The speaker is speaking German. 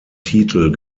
titel